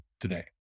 today